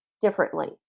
differently